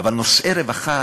אבל נושאי רווחה